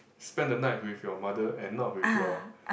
spend the night with your mother and not with your